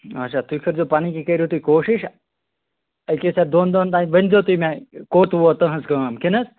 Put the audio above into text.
اَچھا تُہۍ کٔرۍزیٚو پَنٕنۍ کِنۍ کٔرِو تُہۍ کوٗشِش أکِس یا دۄن دۄہَن تانۍ ؤنۍزیٚو تُہۍ مےٚ کوٚت ووت تُہٕنٛز کٲم کِنہٕ حظ